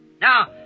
Now